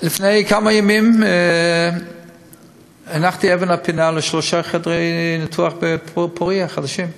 לפני כמה ימים הנחתי את אבן הפינה לשלושה חדרי ניתוח חדשים בפוריה,